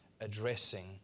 addressing